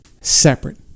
separate